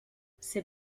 ses